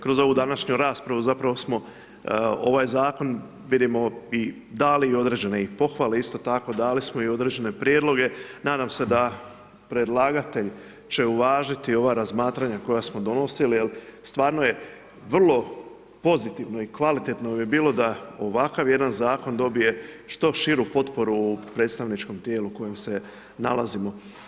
Kroz ovu današnju raspravu, zapravo smo ovaj zakon vidimo i dali određene pohvale, isto tako dali smo i određene prijedloge, nadam se da će predlagatelj uvažiti ova razmatranja koja smo donosili, jer stvarno je vrlo pozitivno i kvalitetno bi bilo da ovakav jedan zakon dobije što širu potporu u predstavničkom tijelu u kojem se nalazimo.